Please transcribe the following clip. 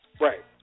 Right